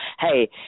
Hey